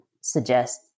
suggest